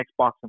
Xbox